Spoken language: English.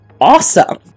awesome